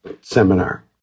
seminar